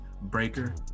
Breaker